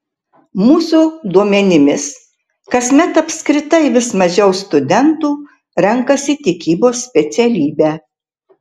mūsų duomenimis kasmet apskritai vis mažiau studentų renkasi tikybos specialybę